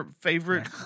Favorite